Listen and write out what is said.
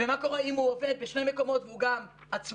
ומה קורה אם הוא עובד בשני מקומות והוא גם עצמאי?